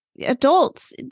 adults